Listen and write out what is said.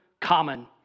common